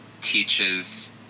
teaches